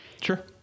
Sure